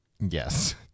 Yes